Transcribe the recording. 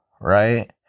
right